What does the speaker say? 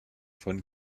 von